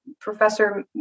professor